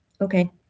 Okay